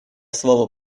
слово